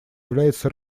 является